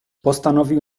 postanowił